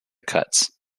cuts